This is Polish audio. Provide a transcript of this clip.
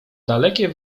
dalekie